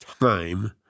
time